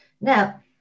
Now